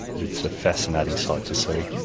it's a fascinating sight to see.